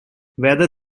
whether